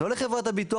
לא לחברת הביטוח,